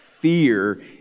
fear